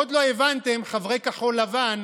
עוד לא הבנתם, חברי כחול לבן,